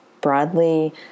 broadly